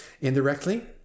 Indirectly